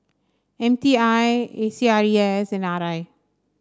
M T I A C R E S and R I